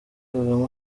kagame